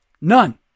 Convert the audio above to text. None